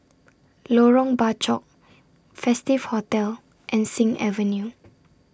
Lorong Bachok Festive Hotel and Sing Avenue